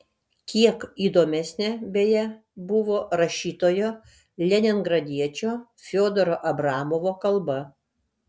kiek įdomesnė beje buvo rašytojo leningradiečio fiodoro abramovo kalba